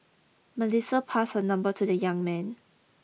Melissa passed her number to the young man